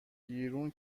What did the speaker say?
بیرون